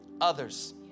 Others